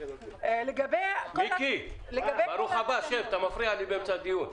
לגבי כל התקנות,